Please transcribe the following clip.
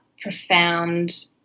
profound